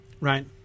right